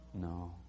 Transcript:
No